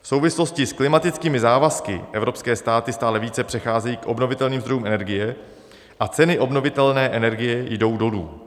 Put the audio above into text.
V souvislosti s klimatickými závazky evropské státy stále více přecházejí k obnovitelným zdrojům energie a ceny obnovitelné energie jdou dolů.